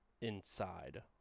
inside